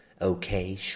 Okay